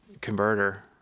converter